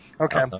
Okay